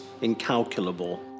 incalculable